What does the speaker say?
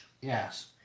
Yes